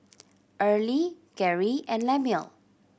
Early Geri and Lemuel